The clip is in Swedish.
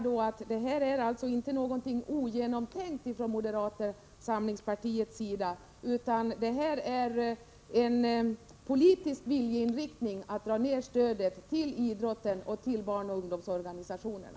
Detta är alltså inte någonting ogenomtänkt från moderata samlingspartiets sida, utan det är en politisk viljeinriktning— att dra ned stödet till idrotten och till barnoch ungdomsorganisationerna.